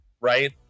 right